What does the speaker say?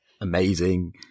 amazing